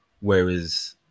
Whereas